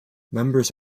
members